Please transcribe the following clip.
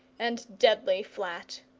and deadly flat.